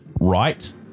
right